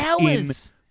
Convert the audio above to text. hours